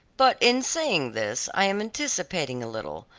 but in saying this i am anticipating a little,